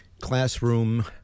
classroom